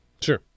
Sure